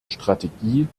strategie